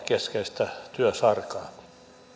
keskeistä työsarkaa